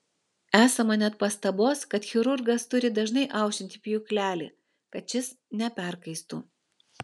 esama net pastabos kad chirurgas turi dažnai aušinti pjūklelį kad šis neperkaistų